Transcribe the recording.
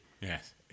yes